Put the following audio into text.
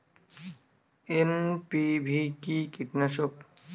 NPV কি কীটনাশক?